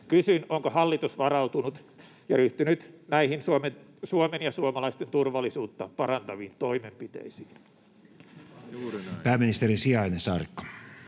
Kysyn: onko hallitus varautunut ja ryhtynyt näihin Suomen ja suomalaisten turvallisuutta parantaviin toimenpiteisiin? [Speech 16] Speaker: Matti